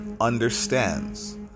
understands